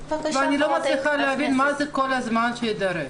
אני לא מצליחה להבין מה זה "כל הזמן שיידרש".